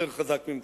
הוא יותר חזק ממך.